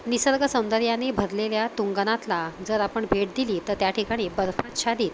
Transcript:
निसर्गसौंदर्याने भरलेल्या तुंगनाथला जर आपण भेट दिली तर त्या ठिकाणी बर्फाच्छादित